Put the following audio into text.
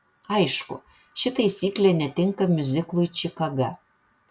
aišku ši taisyklė netinka miuziklui čikaga